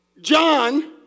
John